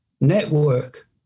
network